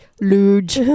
Luge